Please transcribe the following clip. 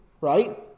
right